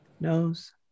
nose